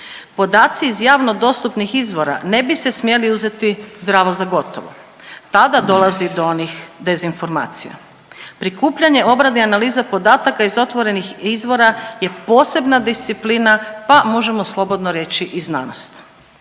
Podaci iz javno dostupnih izvora ne bi se smjeli uzeti zdravo za gotovo, tada dolazi do onih dezinformacija. Prikupljanje, obrada i analiza podataka iz otvorenih izvora je posebna disciplina, pa možemo slobodno reći i znanost.